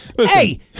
Hey